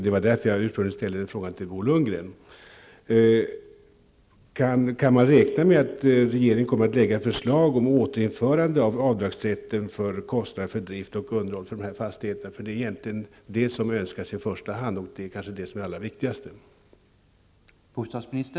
Det var därför jag ursprungligen ställde frågan till Bo Lundgren. Kan man räkna med att regeringen kommer att lägga fram förslag om återinförande av avdragsrätten för kostnader för drift och underhåll avseende dessa fastigheter? Det är egentligen det som önskas i första hand, och det kanske är det som är det allra viktigaste.